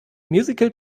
musical